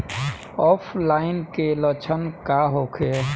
ऑफलाइनके लक्षण का होखे?